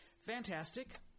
Fantastic